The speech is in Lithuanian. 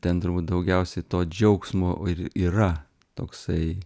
ten turbūt daugiausiai to džiaugsmo ir yra toksai